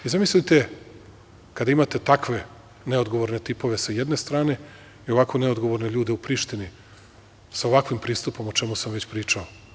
Zamislite, kada imate takve neodgovorne tipove sa jedne strane i ovako ne odgovorne ljude u Prištini sa ovakvim pristupom, a o čemu sam već pričao.